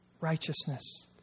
righteousness